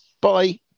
bye